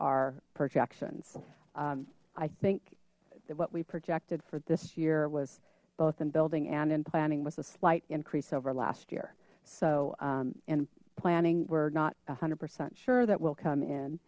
our projections i think that what we projected for this year was both in building and in planning was a slight increase over last year so in planning we're not a hundred percent sure that will come